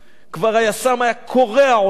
כבר היס"מ היה קורע אותם,